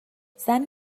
زنی